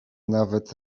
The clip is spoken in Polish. nawet